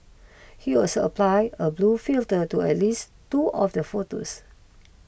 he also apply a blue filter to at least two of the photos